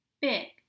big